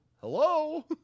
Hello